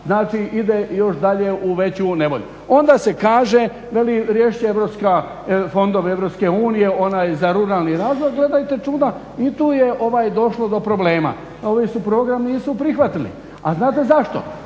znači ide još dalje u veću nevolju. Onda se kaže, veli riješit će fondovi EU, onaj je za ruralni razvoj gledajte čuda i tu je došlo do problema. Ovi su program nisu prihvatili, a znate zašto?